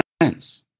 friends